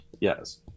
Yes